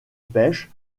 pêche